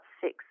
six